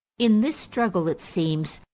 in this struggle, it seems,